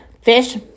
Fish